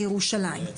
לירושלים,